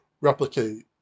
replicate